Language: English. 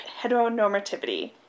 heteronormativity